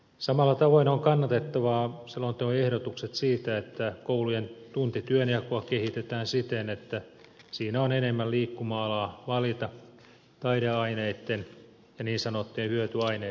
samalla tavoin ovat kannatettavia selonteon ehdotukset siitä että koulujen tuntityönjakoa kehitetään siten että siinä on enemmän liikkuma alaa valita taideaineitten ja niin sanottujen hyötyaineitten kesken